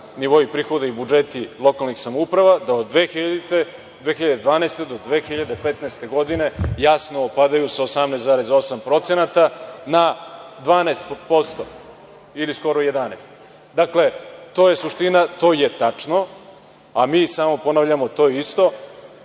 nivoi prihoda i budžeti lokalnih samouprava, da od 2012. godine do 2015. godine jasno padaju sa 18,8% na 12% ili skoro 11%. Dakle, to je suština. To je tačno, a mi samo ponavljamo isto